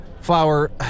Flower